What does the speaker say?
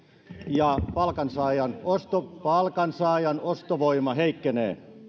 ja palkansaajan ostovoima palkansaajan ostovoima heikkenee